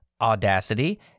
Audacity